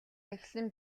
эхлэн